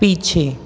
पीछे